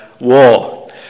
war